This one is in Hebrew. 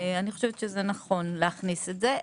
אני חושבת שזה נכון להכניס את זה.